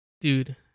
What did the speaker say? Dude